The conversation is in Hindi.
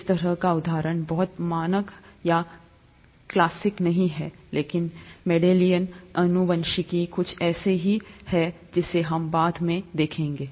इस तरह का उदाहरण बहुत मानक या क्लासिक नहीं है लेकिन मेंडेलियन आनुवंशिकी कुछ ऐसा है जिसे हम बाद में देखेंगे